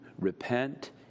repent